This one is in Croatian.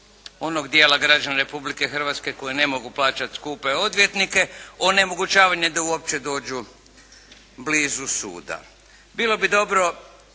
onog dijela građana Republike Hrvatske koji ne mogu plaćati skupe odvjetnike, onemogućavanje da uopće dođu blizu suda. Bilo bi dobro